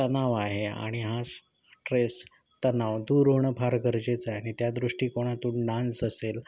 तणाव आहे आणि हा ट्रेस तणाव दूर होणं फार गरजेचं आहे आणि त्या दृष्टीकोनातून डान्स असेल